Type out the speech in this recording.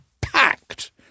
packed